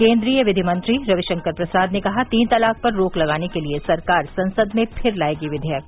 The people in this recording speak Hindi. केन्द्रीय विधि मंत्री रविशंकर प्रसाद ने कहा तीन तलाक पर रोक लगाने के लिए सरकार संसद में फिर लायेगी विधेयक